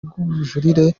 rw’ubujurire